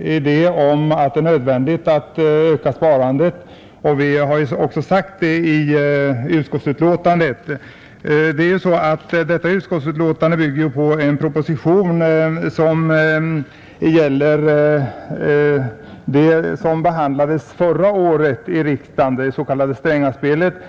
idé om att det är nödvändigt att öka sparandet, och vi har också sagt det i utskottsbetänkandet. Detta betänkande bygger på en proposition rörande det s.k. Strängaspelet, vilket behandlades förra året i riksdagen.